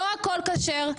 לא הכול כשר,